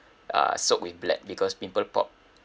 uh soaked with blood because pimple popped